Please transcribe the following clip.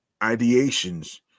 ideations